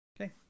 Okay